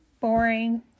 Boring